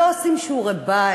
לא עושים שיעורי-בית,